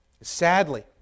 Sadly